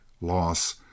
loss